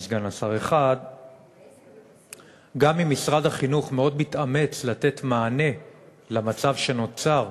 אדוני סגן השר: 1. גם אם משרד החינוך מאוד מתאמץ לתת מענה במצב שנוצר,